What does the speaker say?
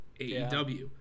AEW